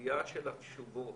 הסוגיה של התשובות.